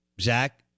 Zach